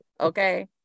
okay